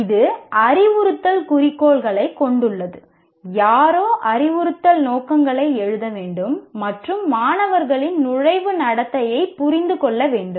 இது அறிவுறுத்தல் குறிக்கோள்களைக் கொண்டுள்ளது யாரோ அறிவுறுத்தல் நோக்கங்களை எழுத வேண்டும் மற்றும் மாணவர்களின் நுழைவு நடத்தையைப் புரிந்து கொள்ள வேண்டும்